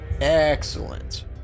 excellent